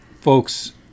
folks